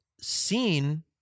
seen